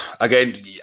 again